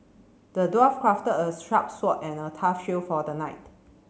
the dwarf crafted a sharp sword and a tough shield for the knight